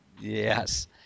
Yes